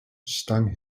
stung